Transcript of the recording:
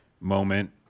moment